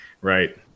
right